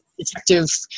detective